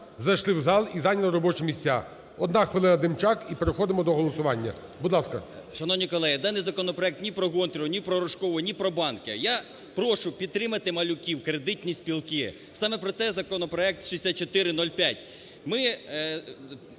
зайшли в зал і зайняли робочі місця. Одна хвилина, Демчак, і переходимо до голосування. Будь ласка. 14:00:23 ДЕМЧАК Р.Є. Шановні колеги, даний закон ні проГонтареву, ні про Рожкову, ні про банки. Я прошу підтримати малюків – кредитні спілки. Саме про це законопроект 6405. Ми